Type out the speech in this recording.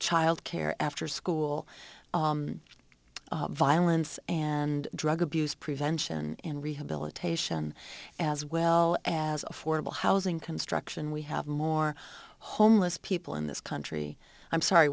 child care after school violence and drug abuse prevention and rehabilitation as well as affordable housing construction we have more homeless people in this country i'm sorry